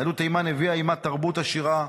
יהדות תימן הביאה עימה תרבות עשירה,